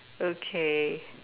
okay